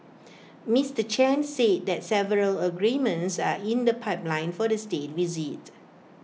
Mister Chen said that several agreements are in the pipeline for the State Visit